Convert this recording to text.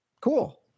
Cool